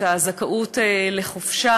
את הזכאות לחופשה.